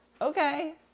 Okay